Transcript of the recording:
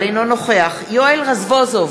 אינו נוכח יואל רזבוזוב,